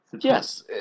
Yes